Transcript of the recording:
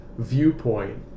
Viewpoint